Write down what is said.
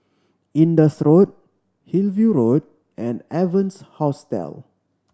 Indus Road Hillview Road and Evans Hostel